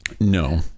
No